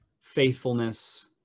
faithfulness